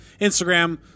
Instagram